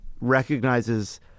recognizes